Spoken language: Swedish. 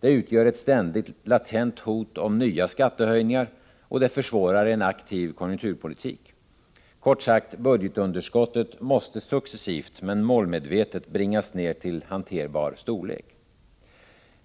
det utgör ett ständigt latent hot om nya skattehöjningar och det försvårar en aktiv konjunkturpolitik. Kort sagt: budgetunderskottet måste successivt men målmedvetet bringas ned till hanterbar storlek.